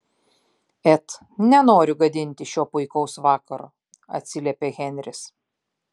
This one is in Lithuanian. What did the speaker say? et nenoriu gadinti šio puikaus vakaro atsiliepė henris